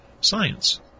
science